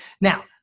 Now